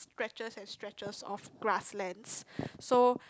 stretches and stretches of grasslands so